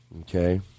okay